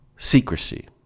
Secrecy